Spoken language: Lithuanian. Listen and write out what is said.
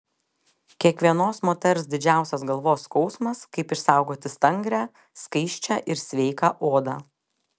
kiekvienos moters didžiausias galvos skausmas kaip išsaugoti stangrią skaisčią ir sveiką odą